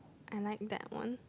I like that one